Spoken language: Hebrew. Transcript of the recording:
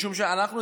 משום שאנחנו,